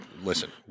Listen